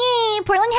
Portland